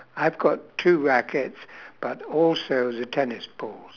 I've got two rackets but also the tennis balls